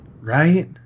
Right